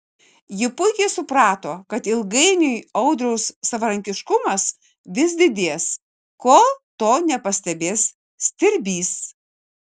ji puikiai suprato kad ilgainiui audriaus savarankiškumas vis didės kol to nepastebės stirbys